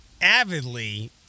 avidly